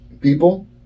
People